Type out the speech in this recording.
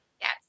Yes